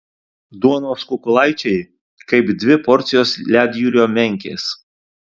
duonos kukulaičiai kaip dvi porcijos ledjūrio menkės